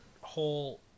whole